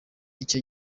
icyo